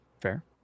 Fair